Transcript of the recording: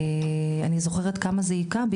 אני זוכרת כמה זה היכה בי,